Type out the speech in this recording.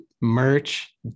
merch